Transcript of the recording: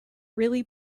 really